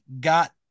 got